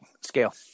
scale